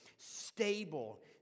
stable